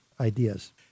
ideas